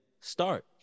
start